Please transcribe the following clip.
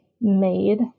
made